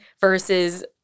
versus